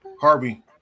Harvey